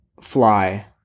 fly